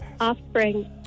Offspring